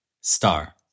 Star